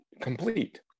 complete